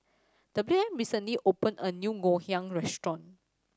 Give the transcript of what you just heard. W M recently opened a new Ngoh Hiang restaurant